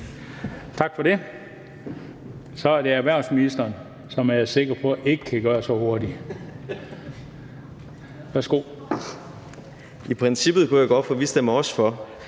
Tak for det. Så er det erhvervsministeren, som jeg er sikker på ikke kan gøre det så hurtigt. Værsgo.